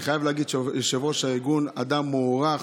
אני חייב להגיד שיושב-ראש הארגון, אדם מוערך,